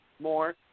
more